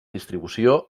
distribució